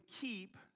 keep